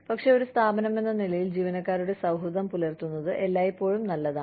പക്ഷേ ഒരു സ്ഥാപനമെന്ന നിലയിൽ ജീവനക്കാരുടെ സൌഹൃദം പുലർത്തുന്നത് എല്ലായ്പ്പോഴും നല്ലതാണ്